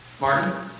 Martin